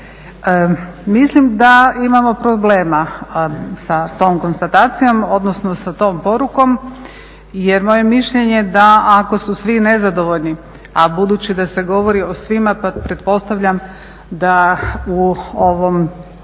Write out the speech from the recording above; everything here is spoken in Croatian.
Mislim da imamo problema sa tom konstatacijom odnosno sa tom porukom jer moje mišljenje je da ako su svi nezadovoljni, a budući da se govori o svima pa pretpostavljam da u ovom